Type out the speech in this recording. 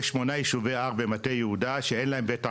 יש שמונה יישובי הר במטה יהודה שאין להם בית עלמין,